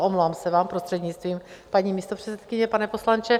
Omlouvám se vám, prostřednictvím paní místopředsedkyně, pane poslanče.